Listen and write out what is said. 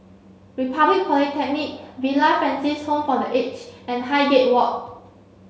Republic Polytechnic Villa Francis Home for the Aged and Highgate Walk